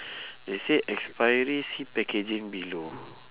they say expiry see packaging below